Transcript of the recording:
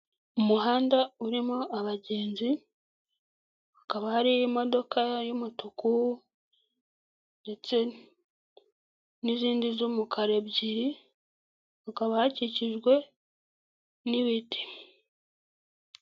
Umuhanda urimo abagenzi, hakaba hari imodoka y'umutuku ndetse n'izindi z'umukara ebyiri, hakaba hakikijwe n'ibiti.